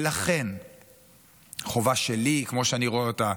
ולכן החובה שלי כמו שאני רואה אותה,